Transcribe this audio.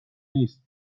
نیست